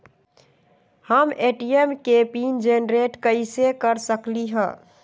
हम ए.टी.एम के PIN generate कईसे कर सकली ह?